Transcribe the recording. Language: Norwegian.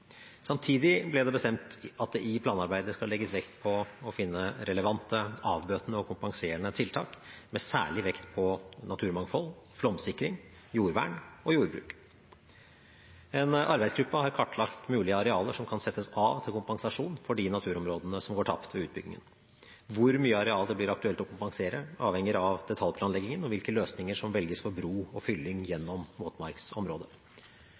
Samtidig ble det bestemt at det i planarbeidet skal legges vekt på å finne relevante avbøtende og kompenserende tiltak, med særlig vekt på naturmangfold, flomsikring, jordvern og jordbruk. En arbeidsgruppe har kartlagt mulige arealer som kan settes av til kompensasjon for de naturområdene som går tapt ved utbyggingen. Hvor mye areal det blir aktuelt å kompensere, avhenger av detaljplanleggingen og hvilke løsninger som velges for bro og fylling gjennom våtmarksområdet.